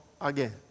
again